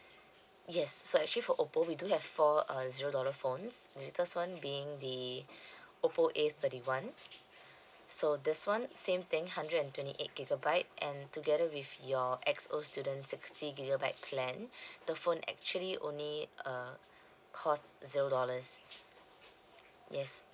yes so actually for Oppo we do have four uh zero dollar phones latest one being the Oppo A thirty one so this [one] same thing hundred and twenty eight gigabyte and together with your X_O student sixty gigabyte plan the phone actually only uh cost zero dollars yes